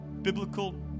biblical